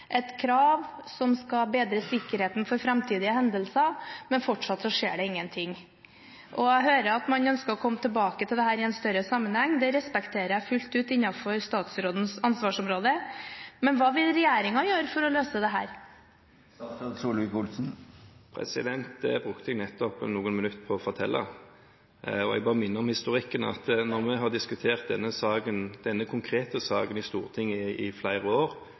et krav som skal bedre sikkerheten for framtidige hendelser. Men fortsatt skjer det ingenting. Jeg hører at man ønsker å komme tilbake til dette i en større sammenheng – det respekterer jeg fullt ut – innenfor statsrådens ansvarsområde. Men hva vil regjeringen gjøre for å løse dette? Jeg brukte nettopp noen minutter på å fortelle det. Jeg må bare minne om historikken. Når vi har diskutert denne konkrete saken i Stortinget i flere år,